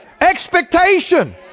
expectation